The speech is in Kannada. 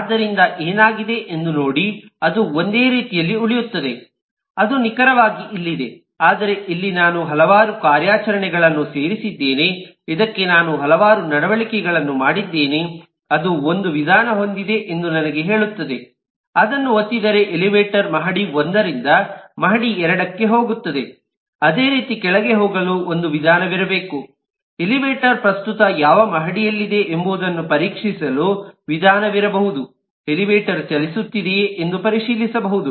ಆದ್ದರಿಂದ ಏನಾಗಿದೆ ಎಂದು ನೋಡಿ ಅದು ಒಂದೇ ರೀತಿಯಲ್ಲಿ ಉಳಿಯುತ್ತದೆ ಅದು ನಿಖರವಾಗಿ ಇಲ್ಲಿದೆ ಆದರೆ ಇಲ್ಲಿ ನಾನು ಹಲವಾರು ಕಾರ್ಯಾಚರಣೆಗಳನ್ನು ಸೇರಿಸಿದ್ದೇನೆ ಇದಕ್ಕೆ ನಾನು ಹಲವಾರು ನಡವಳಿಕೆಗಳನ್ನು ಮಾಡಿದ್ದೇನೆ ಅದು ಒಂದು ವಿಧಾನ ಹೊಂದಿದೆ ಎಂದು ನನಗೆ ಹೇಳುತ್ತದೆ ಅದನ್ನು ಒತ್ತಿದರೆ ಎಲಿವೇಟರ್ ಮಹಡಿ 1 ರಿಂದ ಮಹಡಿ 2 ಕ್ಕೆ ಹೋಗುತ್ತದೆ ಅದೇ ರೀತಿ ಕೆಳಗೆ ಹೋಗಲು ಒಂದು ವಿಧಾನವಿರಬಹುದು ಎಲಿವೇಟರ್ ಪ್ರಸ್ತುತ ಯಾವ ಮಹಡಿಯಲ್ಲಿದೆ ಎಂಬುದನ್ನು ಪರೀಕ್ಷಿಸಲು ವಿಧಾನವಿರಬಹುದು ಎಲಿವೇಟರ್ ಚಲಿಸುತ್ತಿದೆಯೇ ಎಂದು ಪರಿಶೀಲಿಸಬಹುದು